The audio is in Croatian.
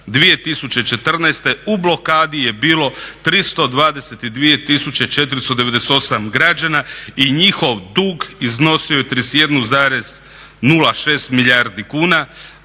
2014. u blokadi je bilo 323 498 građana i njihov dug iznosio je 31,06 milijardi kuna,